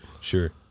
Sure